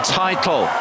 title